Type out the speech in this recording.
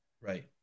right